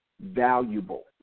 valuable